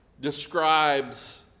describes